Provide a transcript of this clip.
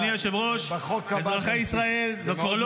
אדוני היושב-ראש, אזרחי ישראל, זו כבר לא